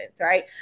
Right